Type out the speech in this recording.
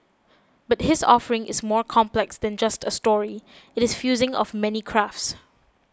but his offering is more complex than just a story it is fusing of many crafts